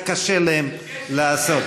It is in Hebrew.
היה קשה להם לעשות.